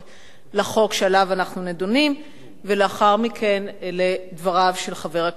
לחוק שבו אנחנו דנים ולאחר מכן לדבריו של חבר הכנסת זאב.